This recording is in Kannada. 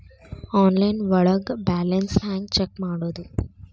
ಆನ್ಲೈನ್ ಒಳಗೆ ಬ್ಯಾಲೆನ್ಸ್ ಹ್ಯಾಂಗ ಚೆಕ್ ಮಾಡೋದು?